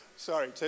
Sorry